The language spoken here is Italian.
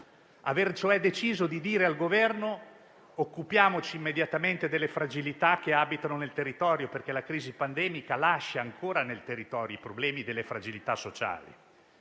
cioè deciso di dire al Governo che è necessario occuparsi immediatamente delle fragilità che abitano nel territorio, perché la crisi pandemica lascia ancora nel territorio i problemi delle fragilità sociali.